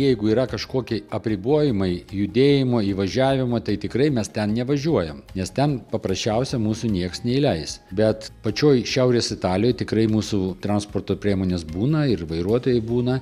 jeigu yra kažkokie apribojimai judėjimo įvažiavimo tai tikrai mes ten nevažiuojam nes ten paprasčiausiai mūsų niekas neįleis bet pačioje šiaurės italijoj tikrai mūsų transporto priemonės būna ir vairuotojai būna